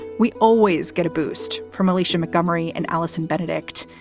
we always get a boost from alicia mcmurry and allison benedikt.